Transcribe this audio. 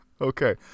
Okay